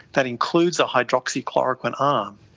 that includes a hydroxychloroquine arm.